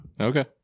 Okay